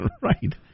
Right